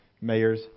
mayors